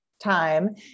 time